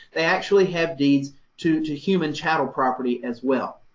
they actually have deeds to to human chattel property as well.